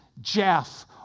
Jeff